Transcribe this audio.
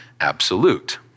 absolute